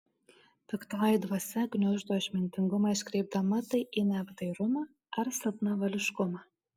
piktoji dvasia gniuždo išmintingumą iškreipdama tai į neapdairumą ar silpnavališkumą